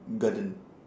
garden